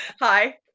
Hi